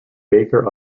baker